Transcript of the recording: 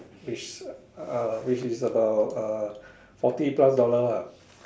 which uh which is about uh forty plus dollars lah